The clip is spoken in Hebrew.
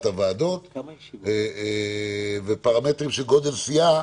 הוועדות ופרמטרים של גודל סיעה,